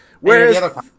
Whereas